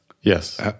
yes